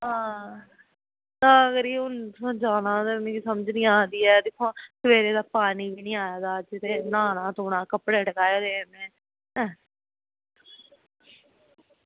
आं तां करियै ते इत्थुआं जाना ते मिगी समझ निं आवा दी ऐ की सबैह्रे दा पानी बी निं आये दा न्हाना धोना कपड़े टकाये में